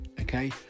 okay